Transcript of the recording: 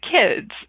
kids